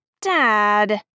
Dad